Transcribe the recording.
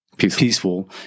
peaceful